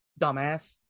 Dumbass